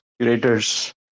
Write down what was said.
curators